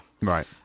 Right